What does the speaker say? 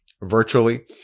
virtually